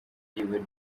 ryiwe